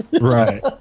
Right